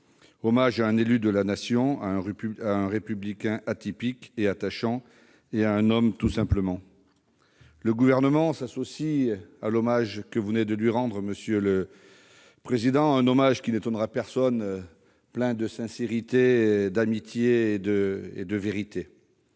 hommage à un élu de la Nation, à un républicain atypique et attachant, à un homme, tout simplement. Le Gouvernement s'associe à l'hommage que vous venez de lui rendre, monsieur le président, un hommage- cela n'étonnera personne -plein de sincérité, d'amitié et de vérité.